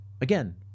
Again